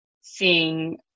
seeing